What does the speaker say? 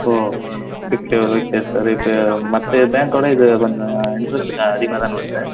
ஓ okay okay sir இப்போ மற்ற பேங்க்கோட இதில் கொஞ்சம் இன்ட்ரெஸ்ட்டு க அதிகமாக தானே வரும் சார்